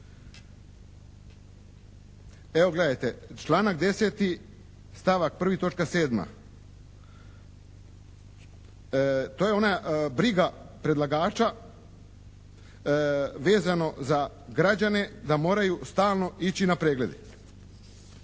Evo gledajte članak 10., stavak 1., točka 7. To je ona briga predlagača vezano za građane da moraju stalno ići na preglede.